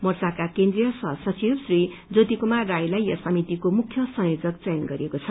मोर्चाका केन्द्रीय सह सचिव श्री ज्योति कूमार राईलाई यस समितिको मुख्य संयोजक चयन गरिएको छ